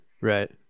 Right